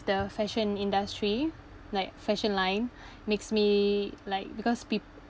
the fashion industry like fashion line makes me like because peop~